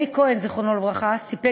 אלי כהן, זיכרונו לברכה, סיפק